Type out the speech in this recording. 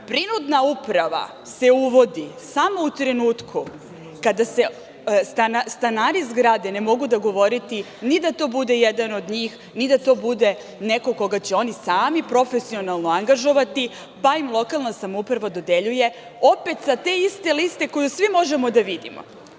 Prinudna uprava se uvodi samo u trenutku kada se stanari zgrade ne mogu dogovoriti ni da to bude jedan od njih, ni da to bude neko koga će oni sami profesionalnog angažovati, pa im lokalna samouprava dodeljuje, opet sa te iste liste koju svi možemo da vidimo.